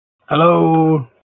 Hello